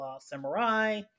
samurai